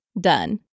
done